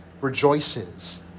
rejoices